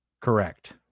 Correct